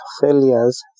failures